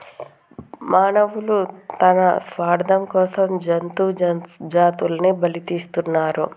మానవులు తన స్వార్థం కోసం జంతు జాతులని బలితీస్తున్నరు